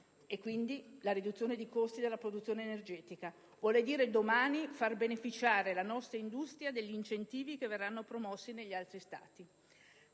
e quindi la riduzione di costi della produzione energetica; vuol dire, domani, far beneficiare la nostra industria degli incentivi che verranno promossi negli altri Stati.